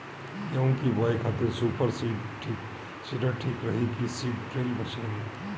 गेहूँ की बोआई खातिर सुपर सीडर ठीक रही की सीड ड्रिल मशीन?